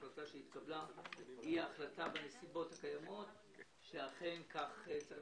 ההחלטה שהתקבלה היא ההחלטה בנסיבות הקיימות שאכן כך צריך